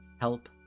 Help